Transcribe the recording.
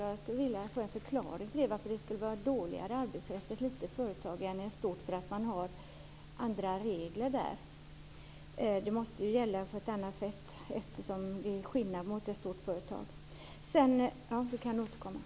Jag skulle vilja ha en förklaring till varför det skulle vara sämre arbetsrätt i ett litet företag än i ett stort på grund av att man har andra regler där. De måste ju gälla på ett annat sätt, eftersom det är skillnad på små och stora företag.